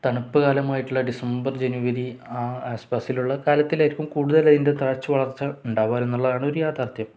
തണുപ്പ് കാലമായിട്ടുള്ള ഡിസംബർ ജനുവരി ആസ്പാസിലുള്ള കാലത്തിലായിരിക്കും കൂടുതൽ അതിൻ്റെ തഴച്ചു വളർച്ച ഉണ്ടാവുക എന്നുള്ളതാണ് ഒരു യാഥാർഥ്യം